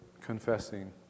confessing